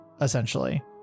essentially